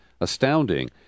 astounding